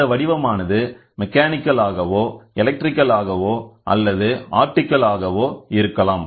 இந்த வடிவமானது மெக்கானிக்கல் ஆகவோ எலக்ட்ரிக்கல் ஆகவோ அல்லது ஆப்டிகல் ஆகவோ இருக்கலாம்